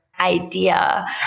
idea